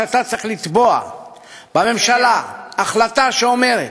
שאתה צריך לתבוע בממשלה החלטה שאומרת